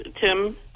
Tim